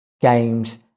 games